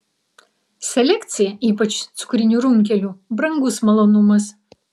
selekcija ypač cukrinių runkelių brangus malonumas